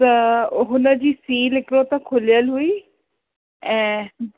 त हुनजी सील हिकिड़ो त खुलियलु हुई ऐं